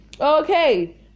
Okay